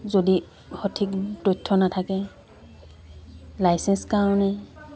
যদি সঠিক তথ্য নাথাকে লাইচেঞ্চৰ কাৰণে